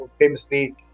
famously